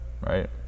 Right